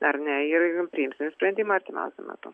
ar ne ir priimsim sprendimą artimiausiu metu